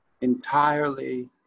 entirely